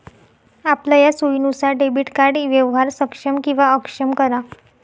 आपलया सोयीनुसार debit card व्यवहार सक्षम किंवा अक्षम करा